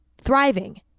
thriving